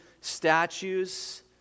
statues